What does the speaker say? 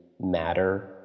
matter